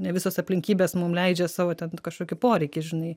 ne visos aplinkybės mum leidžia savo ten kažkokį poreikį žinai